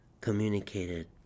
communicated